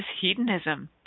hedonism